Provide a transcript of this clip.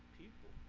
people